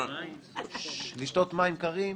ששש, לשתות מים קרים.